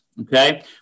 okay